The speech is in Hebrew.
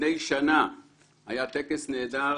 לפני שנה היה טקס נהדר